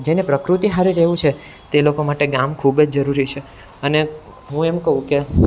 જેને પ્રકૃતિ હારે રહેવું છે તે લોકો માટે ગામ ખૂબ જ જરૂરી છે અને હું એમ કહું કે